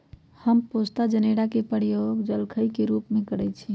हम पोस्ता जनेरा के प्रयोग जलखइ के रूप में करइछि